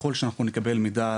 ככול שאנחנו נקבל מידע,